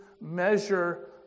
measure